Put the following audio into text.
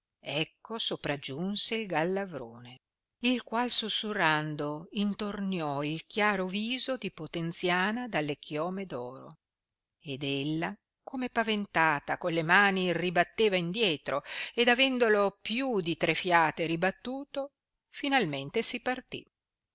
ecco sopragiunse il gallavrone il qual susurrando intorniò il chiaro viso di potenziana dalle chiome d oro ed ella come paventata con le mani il ribatteva indietro ed avendolo più di tre fiate ribattuto finalmente si parti